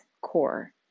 core